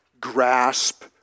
grasp